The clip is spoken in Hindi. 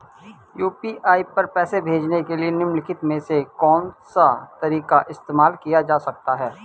यू.पी.आई पर पैसे भेजने के लिए निम्नलिखित में से कौन सा तरीका इस्तेमाल किया जा सकता है?